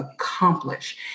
accomplish